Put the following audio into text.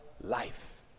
life